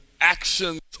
actions